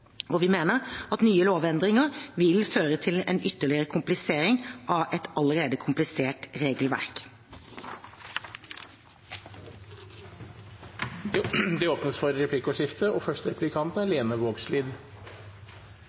Vi mener at nye lovendringer vil føre til en ytterligere komplisering av et allerede komplisert regelverk. Det blir replikkordskifte. Eg trur statsråden og eg er heilt einige om at dette er